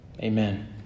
Amen